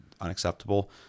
unacceptable